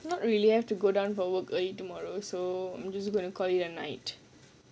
not really I've to go down for work early tomorrow so I'm just going to call it a night